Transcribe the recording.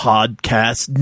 Podcast